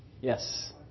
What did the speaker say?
Yes